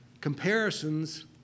Comparisons